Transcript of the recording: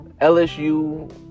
LSU